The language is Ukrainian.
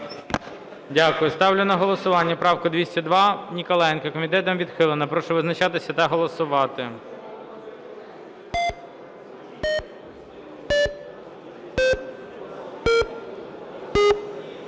Дякую. Ставлю на голосування правку 202 Ніколаєнка. Комітетом відхилена. Прошу визначатися та голосувати.